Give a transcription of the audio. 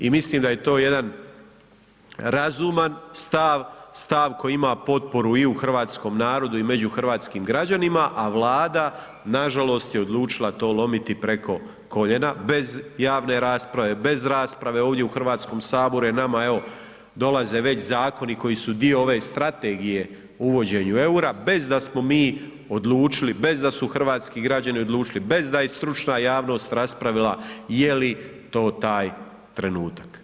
I mislim da je to jedan razuman stav, stav koji ima potporu i u hrvatskom narodu i među hrvatskim građanima a Vlada nažalost je to odlučila lomiti preko koljena, bez javne rasprave, bez rasprave ovdje u Hrvatskom saboru, jer nama evo dolaze već zakoni koji su dio ove Strategije o uvođenju eura bez da smo mi odlučili, bez da su hrvatski građani odlučili, bez da je i stručna javnost raspravila je li to taj trenutak.